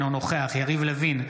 אינו נוכח יריב לוין,